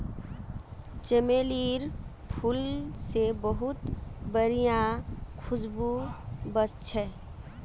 चमेलीर फूल से बहुत बढ़िया खुशबू वशछे